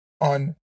on